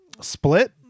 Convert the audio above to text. Split